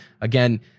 again